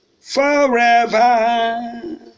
forever